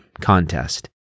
contest